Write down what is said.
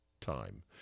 time